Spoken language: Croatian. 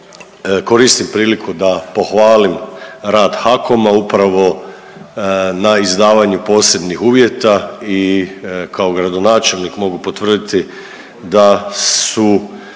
korisnim priliku da pohvalim rad HAKOM-a upravo na izdavanju posebnih uvjeta i kao gradonačelnik mogu potvrditi da su